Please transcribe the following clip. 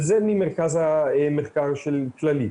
וזה ממרכז המחקר של כללית.